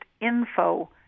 info